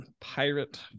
pirate